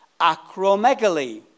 acromegaly